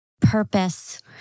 Purpose